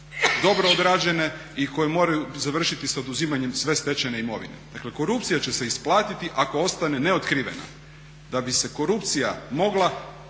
dobro odrađene i koje moraju završiti sa oduzimanjem sve stečene imovine. Dakle, korupcija će se isplatiti ako ostane ne otkrivene. Da bi se korupcija mogla